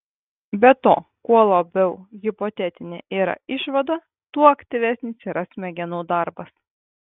be to kuo labiau hipotetinė yra išvada tuo aktyvesnis yra smegenų darbas